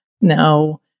No